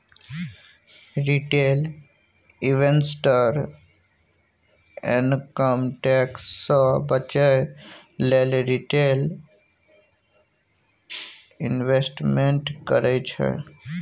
retail investor income tax सँ बचय लेल रिटेल इंवेस्टमेंट करय छै